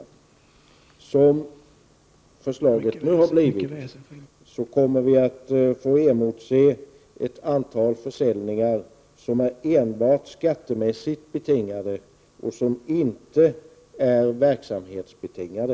Som förslaget nu har blivit, kommer vi att få emotse ett antal försäljningar som enbart är skattemässigt betingade, inte verksamhetsbetingade.